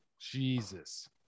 Jesus